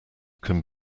can